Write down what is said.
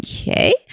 Okay